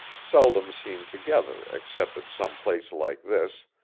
seldom seen together except at some place like this,